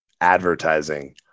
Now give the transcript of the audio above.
advertising